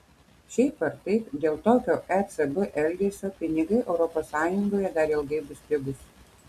šiaip ar taip dėl tokio ecb elgesio pinigai europos sąjungoje dar ilgai bus pigūs